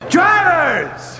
Drivers